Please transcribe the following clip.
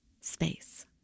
space